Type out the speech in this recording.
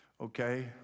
okay